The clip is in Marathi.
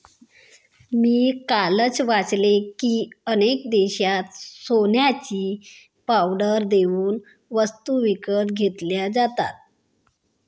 मी कालच वाचले की, अनेक देशांत सोन्याची पावडर देऊन वस्तू विकत घेतल्या जातात